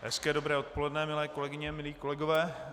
Hezké dobré odpoledne, milé kolegyně, milí kolegové.